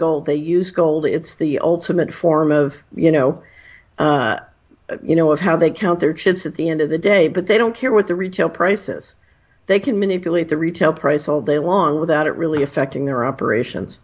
gold they use gold it's the ultimate form of you know you know how they count their chips at the end of the day but they don't care what the retail prices they can manipulate the retail price all they want without it really affecting their operations